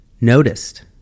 noticed